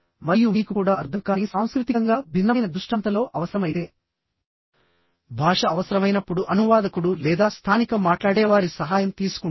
మరియు మీకు కూడా అర్థం కాని సాంస్కృతికంగా భిన్నమైన దృష్టాంతంలో అవసరమైతే భాష అవసరమైనప్పుడు అనువాదకుడు లేదా స్థానిక మాట్లాడేవారి సహాయం తీసుకుంటుంది